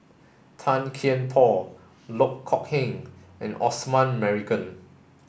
Tan Kian Por Loh Kok Heng and Osman Merican